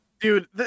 dude